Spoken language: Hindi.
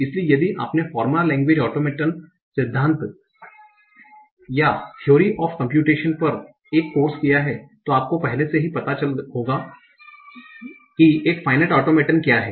इसलिए यदि आपने फार्मल लेंगवेज ऑटोमेटन सिद्धांत या थेओरी ऑफ कंप्यूटेशन पर एक कोर्स किया है तो आपको पहले से ही पता चल होंगा कि एक फाइनाइट ऑटोमेटन क्या है